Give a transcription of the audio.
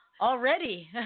Already